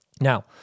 Now